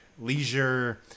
leisure